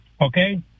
Okay